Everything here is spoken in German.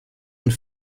und